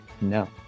No